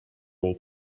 all